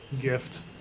gift